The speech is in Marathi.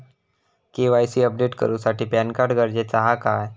के.वाय.सी अपडेट करूसाठी पॅनकार्ड गरजेचा हा काय?